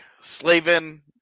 Slavin